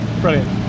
Brilliant